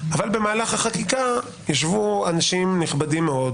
אבל במהלך החקיקה ישבו אנשים נכבדים מאוד,